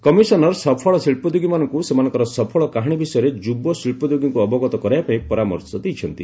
commissioner ସଫଳ ଶିଚ୍ଛୋଦ୍ୟୋଗୀମାନଙ୍କୁ ସେମାନଙ୍କର ସଫଳ କାହାଣୀ ବିଷୟରେ ଯୁବ ଶିଳ୍ପୋଦ୍ୟୋଗୀଙ୍କୁ ଅବଗତ କରାଇବା ପାଇଁ ପରାମର୍ଶ ଦେଇଛନ୍ତି